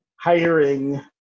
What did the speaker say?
hiring